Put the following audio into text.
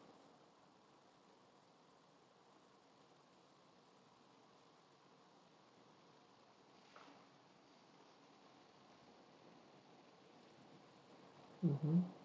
mmhmm